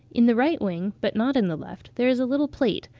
in the right wing, but not in the left, there is a little plate,